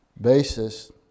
basis